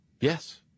Yes